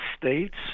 states